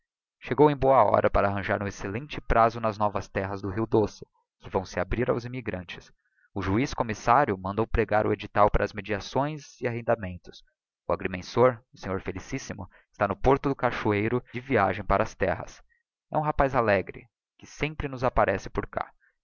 chegou em boa hora para arranjar um excellente prazo nas novas terras do rio doce que se vão abrir aos immigrantes o juiz commissario mandou pregar o edital para as medições e arrendamentos o agrimensor o sr felicissimo está no porto do cachoeiro de viagem para as terras é umi rapaz alegre que sempre nos apparece por cá